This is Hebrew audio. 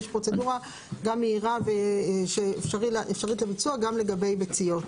יש פרוצדורה גם מהירה שאפשרית לביצוע גם לגבי ביציות.